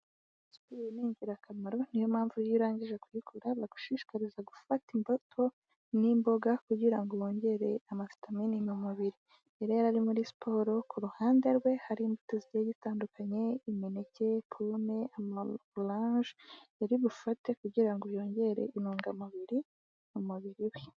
Siporo ni ingirakamaro, ni yo mpamvu iyo urangije kuyikora bagushishikariza gufata imbuto n'imboga kugira ngo wongere amavitamini mu mubiri, uyu rero yari ari muri siporo, ku ruhanderwe hari imbuto zigiye zitandukanye, imineke, pome amaworange yari bufate kugira ngo yongere intungamubiri mu mubiri we.